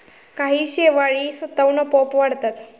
काही शेवाळी स्वतःहून आपोआप वाढतात